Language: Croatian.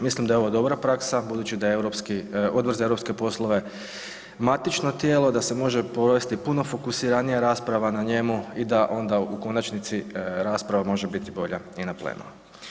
Mislim da je ovo dobra praksa budući da je Odbor za europske poslove matično tijelo da se može provesti puno fokusiranija rasprava na njemu i da onda u konačnici rasprava može biti bolja i na plenumu.